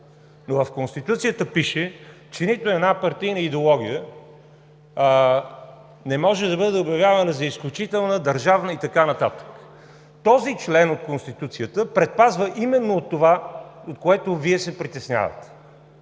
но в Конституцията пише, че нито една партийна идеология не може да бъде обявявана за изключителна, държавна и така нататък. Този член от Конституцията предпазва именно от това, от което Вие се притеснявате